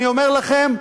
אני אומר לכם,